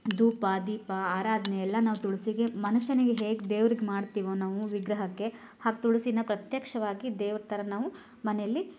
ಧೂಪ ದೀಪ ಆರಾಧನೆ ಎಲ್ಲ ನಾವು ತುಳಸಿಗೆ ಮನುಷ್ಯನಿಗೆ ಹೇಗೆ ದೇವರಿಗೆ ಮಾಡ್ತೀವೋ ನಾವು ವಿಗ್ರಹಕ್ಕೆ ಹಾಗೆ ತುಳಸಿನ ಪ್ರತ್ಯಕ್ಷವಾಗಿ ದೇವ್ರ ಥರ ನಾವು ಮನೆಯಲ್ಲಿ